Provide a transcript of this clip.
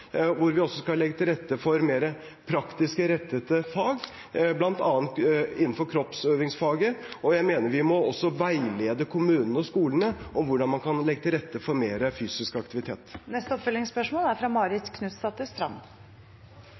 hvor vi også skal legge til rette for mer praktisk rettede fag, bl.a. innenfor kroppsøvingsfaget, og jeg mener vi også må veilede kommunene og skolene i hvordan man kan legge til rette for mer fysisk aktivitet. Marit Knutsdatter Strand – til oppfølgingsspørsmål.